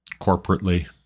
corporately